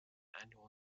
annual